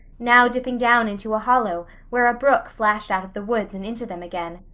now dipping down into a hollow where brook flashed out of the woods and into them again,